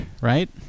right